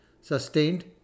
sustained